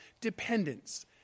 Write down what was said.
dependence